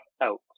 out